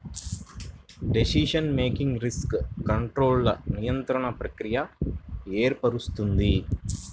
decision making risk కంట్రోల్ల నిరంతర ప్రక్రియను ఏర్పరుస్తుంది